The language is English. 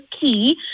key